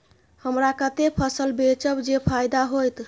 हमरा कते फसल बेचब जे फायदा होयत?